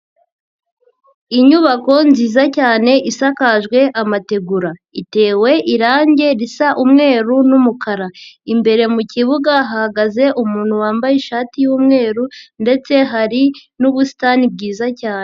Inyubako nziza cyane isakajwe amategura, itewe irangi risa umweru n'umukara, imbere mu kibuga hahagaze umuntu wambaye ishati y'umweru ndetse hari n'ubusitani bwiza cyane.